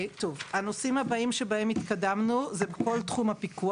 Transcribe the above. הנושאים שהבאים בהם התקדמנו זה כל תחום הפיקוח.